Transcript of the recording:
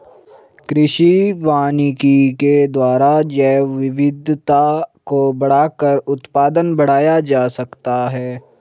कृषि वानिकी के द्वारा जैवविविधता को बढ़ाकर उत्पादन बढ़ाया जा सकता है